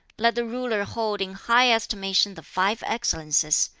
let the ruler hold in high estimation the five excellences,